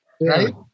right